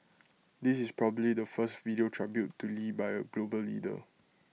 this is probably the first video tribute to lee by A global leader